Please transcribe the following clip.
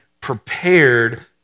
prepared